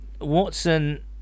Watson